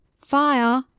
Fire